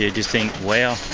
you just think wow.